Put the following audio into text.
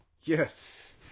yes